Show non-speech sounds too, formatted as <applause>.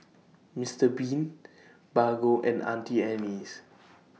Mister Bean <noise> Bargo and Auntie Anne's <noise>